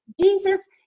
Jesus